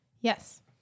Yes